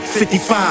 55